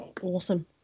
Awesome